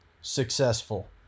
successful